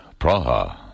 Praha